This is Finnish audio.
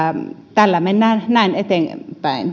tällä mennään näin eteenpäin